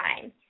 time